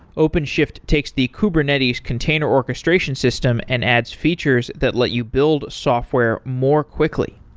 openshift takes the kubernetes container orchestration system and adds features that let you build software more quickly.